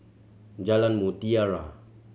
Jalan Mutiara